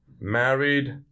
Married